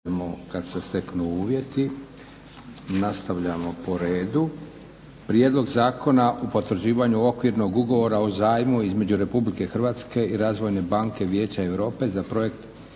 Josip (SDP)** Nastavljamo po redu - Prijedlog Zakona o potvrđivanju okvirnog ugovora o zajmu između Republike Hrvatske i Razvojne banke Vijeća Europe za projekt